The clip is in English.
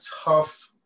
tough